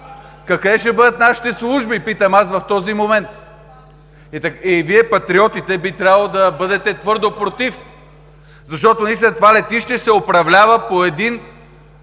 Къде ще бъдат нашите служби, питам аз, в този момент? И Вие, патриотите, би трябвало да бъдете твърдо против, защото наистина това летище се управлява по един,